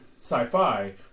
sci-fi